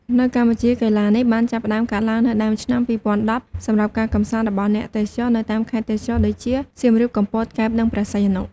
នៅកម្ពុជា កីឡានេះបានចាប់ផ្ដើមកើតឡើងនៅដើមឆ្នាំ ២០១០ សម្រាប់ការកម្សាន្តរបស់អ្នកទេសចរនៅតាមខេត្តទេសចរណ៍ដូចជា សៀមរាប កំពត កែប និងព្រះសីហនុ។